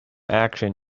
action